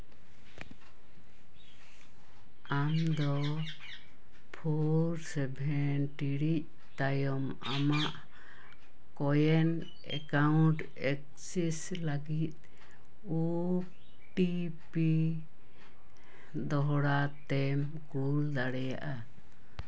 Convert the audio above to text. ᱟᱢ ᱫᱚ four seven three ᱛᱟᱭᱚᱢ ᱟᱢᱟᱜ ᱠᱚᱭᱮᱱ ᱮᱠᱟᱣᱩᱱᱴ ᱮᱠᱥᱮᱥ ᱞᱟᱹᱜᱤᱫ ᱳ ᱴᱤ ᱯᱤ ᱫᱚᱦᱲᱟ ᱛᱮᱢ ᱠᱩᱞ ᱫᱟᱲᱮᱭᱟᱜᱼᱟ